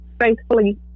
faithfully